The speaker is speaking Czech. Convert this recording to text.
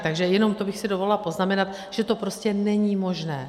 Takže jenom to bych si dovolila poznamenat, že to prostě není možné.